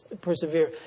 persevere